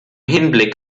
hinblick